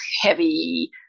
heavy